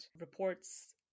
reports